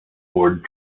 board